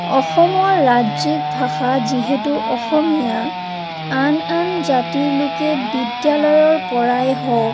অসমৰ ৰাজ্যিক ভাষা যিহেতু অসমীয়া আন আন জাতিৰ লোকে বিদ্যালয়ৰ পৰাই হওক